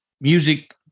music